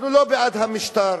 אנחנו לא בעד המשטר,